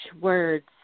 words